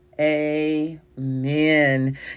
amen